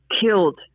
killed